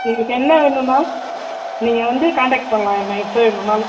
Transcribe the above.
உங்களுக்கு என்ன வேணுன்னாலும் நீங்கள் வந்து காண்டாக்ட் பண்ணலாம் என்ன எப்போ வேணுன்னாலும்